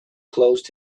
closed